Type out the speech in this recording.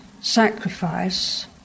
sacrifice